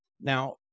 Now